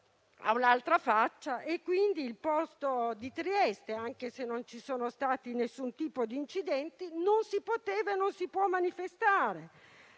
ha un'altra faccia e, quindi, nel porto di Trieste, anche se non vi è stato alcun tipo di incidente, non si poteva e non si può manifestare.